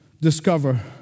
discover